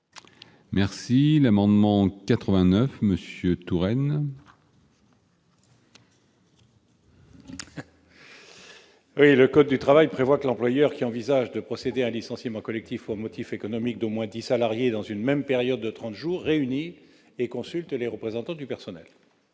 M. Jean-Louis Tourenne. Le code du travail prévoit que l'employeur qui envisage de procéder au licenciement collectif pour motif économique d'au moins dix salariés dans une même période de trente jours doit réunir et consulter les représentants du personnel.